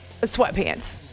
Sweatpants